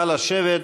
נא לשבת.